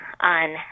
On